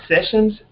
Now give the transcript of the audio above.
sessions